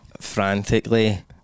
frantically